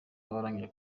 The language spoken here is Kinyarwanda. abarangije